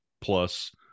plus